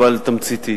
אבל תמציתית,